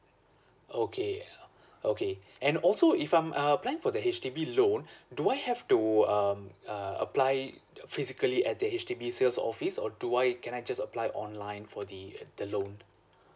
okay uh okay and also if I'm uh plan for the H_D_B loan do I have to um uh apply physically at the H_D_B sales office or do I can I just apply online for the the loan